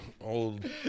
old